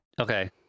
Okay